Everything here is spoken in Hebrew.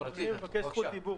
בבקשה.